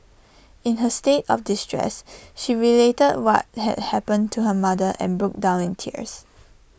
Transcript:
in her state of distress she related what had happened to her mother and broke down in tears